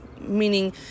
meaning